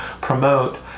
promote